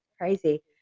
crazy